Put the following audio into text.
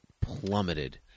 plummeted